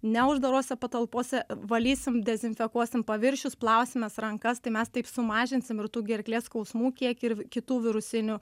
neuždarose patalpose valysim dezinfekuosim paviršius plausimės rankas tai mes taip sumažinsim ir tų gerklės skausmų kiekį ir kitų virusinių